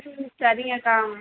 ம் சரிங்கக்கா